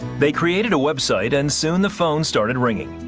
they created a web site, and soon the phones started ringing.